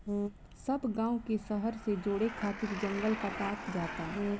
सब गांव के शहर से जोड़े खातिर जंगल कटात जाता